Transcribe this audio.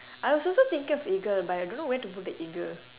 I was also thinking of eagle but I don't know where to put the eagle